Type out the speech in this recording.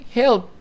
help